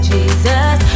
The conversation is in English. Jesus